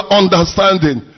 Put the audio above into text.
understanding